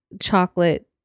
chocolate